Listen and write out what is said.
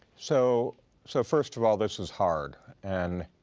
so so first of all, this is hard and